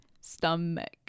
stomach